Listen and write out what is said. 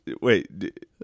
wait